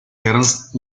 ernst